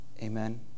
Amen